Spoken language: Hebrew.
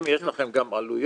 אם יש לכם גם עלויות